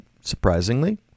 surprisingly